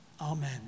Amen